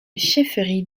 chefferie